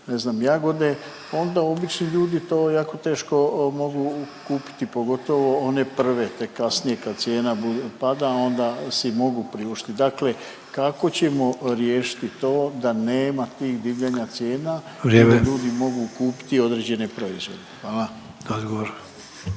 ne znam jagode onda obični ljudi to jako teško mogu kupiti, pogotovo one prve, tek kasnije kad cijena pada onda si mogu priuštit. Dakle, kako ćemo riješiti to da nema tih divljanja cijena …/Upadica Sanader: Vrijeme./… i da ljudi mogu kupiti određene proizvode? Hvala.